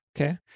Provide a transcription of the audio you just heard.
Okay